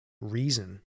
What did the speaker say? reason